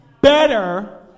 Better